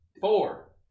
four